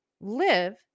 live